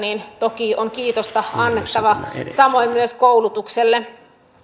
toki on kiitosta annettava samoin myös koulutukselle tulevista